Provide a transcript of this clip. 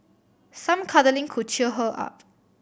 some cuddling could cheer her up